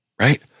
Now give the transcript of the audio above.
right